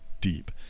deep